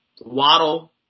Waddle